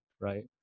right